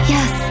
Yes